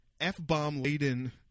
F-bomb-laden